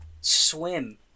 swim